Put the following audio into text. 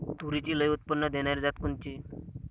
तूरीची लई उत्पन्न देणारी जात कोनची?